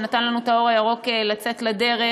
ונתן לנו את האור הירוק לצאת לדרך,